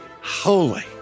holy